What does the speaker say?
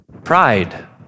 Pride